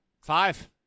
Five